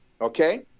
okay